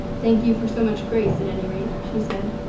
thank you for so much grace, at any rate, she said.